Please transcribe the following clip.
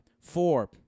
Four